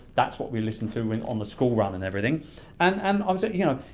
that's what we listen to and on the school run and everything and and um so you know,